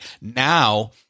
now